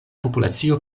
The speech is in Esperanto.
populacio